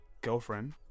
girlfriend